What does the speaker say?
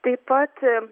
taip pat